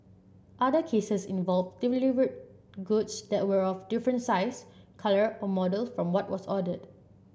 other cases involved goods that were of a different size colour or model from what was ordered